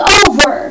over